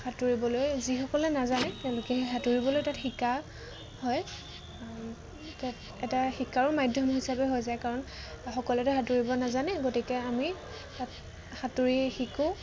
সাঁতুৰিবলৈ যিসকলে নাজানে তেওঁলোকে সাঁতুৰিবলৈ তাত শিকা হয় তাত এটা শিকাৰো মাধ্যম হিচাপে হৈ যায় কাৰণ সকলোৱেতো সাঁতুৰিব নাজানে গতিকে আমি তাত সাঁতুৰিব শিকোঁ